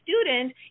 student